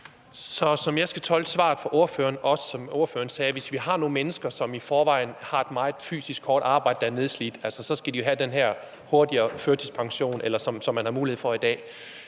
Som jeg skal tolke svaret fra ordføreren, er det sådan, at hvis vi har nogle menneske, som i forvejen har et meget fysisk hårdt arbejde og er nedslidte, så skal de jo have den her hurtigere førtidspension, som man har mulighed for i dag.